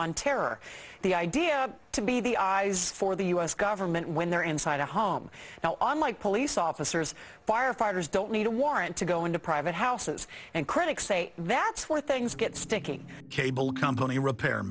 on terror the idea to be the eyes for the u s government when they're inside a home now unlike police officers firefighters don't need a warrant to go into private houses and critics say that's where things get sticking cable company repair